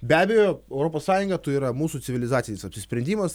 be abejo europos sąjunga tai yra mūsų civilizacinis apsisprendimas